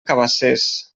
cabacés